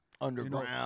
Underground